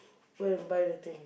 go and buy the thing